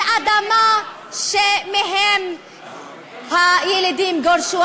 על אדמה שממנה הילידים גורשו,